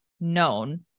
known